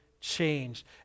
changed